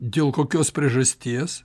dėl kokios priežasties